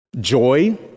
Joy